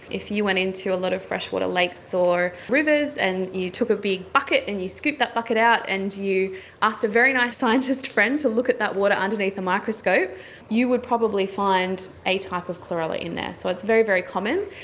if you went into a lot of freshwater lakes or rivers and you took a big bucket and you scooped that bucket out and you asked a very nice scientist friend to look at that water underneath a microscope you would probably find a type of chlorella in there, so it's very, very common,